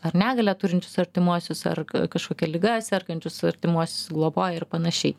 ar negalią turinčius artimuosius ar kažkokia liga sergančius artimuosius globoja ir panašiai